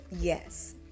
Yes